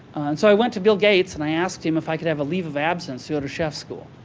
so i went to bill gates and i asked him if i could have a leave of absence to go to chef's school.